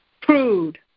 prude